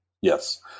Yes